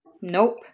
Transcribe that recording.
Nope